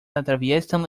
atraviesan